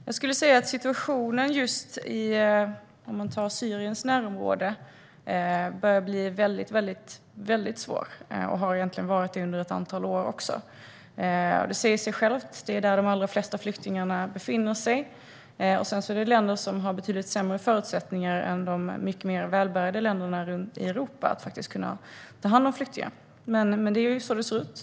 Herr talman! Situationen i Syriens närområde börjar bli oerhört svår. Den har egentligen varit väldigt svår under ett antal år. Det säger sig självt att det är där de allra flesta flyktingarna befinner sig. Det är fråga om länder som har betydligt sämre förutsättningar än de mycket mer välbärgade länderna i Europa att ta hand om flyktingar. Det är så det ser ut.